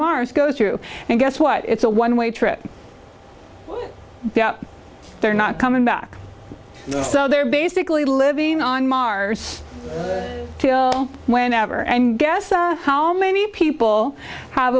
mars goes through and guess what it's a one way trip they're not coming back so they're basically living on mars whenever and guess how many people have